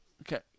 Okay